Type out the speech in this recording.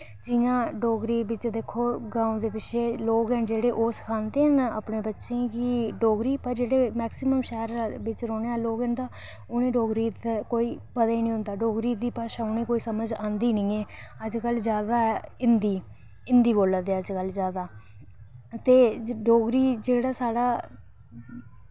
ते जि'यां डोगरी बिच दिक्खो आं गांव दे पिच्छें लोक न सखांदे न अपने बच्चें गी डोगरी पर मेक्सीमम शैह्रें बिच रौह्ने आह्ले लोक न उ'नें ई डोगरी कोई पता निं होंदा डोगरी दी भाशा उनेंगी कोई समझ आंदी निं ऐ अज्जकल जादा ऐ हिंदी हिंदी बोला दे अज्जकल जादै ते जेह्ड़ा डोगरी साढ़ी